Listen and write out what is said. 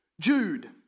Jude